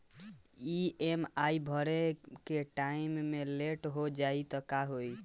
EMI भरे के time मे लेट हो जायी त का होई?